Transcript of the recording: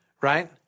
right